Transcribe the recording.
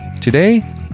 Today